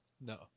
No